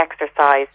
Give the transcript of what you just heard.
exercise